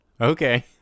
Okay